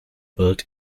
built